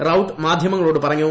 റൌട്ട് മാധ്യമങ്ങളോട് പറഞ്ഞു